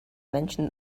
mention